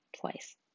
twice